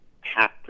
half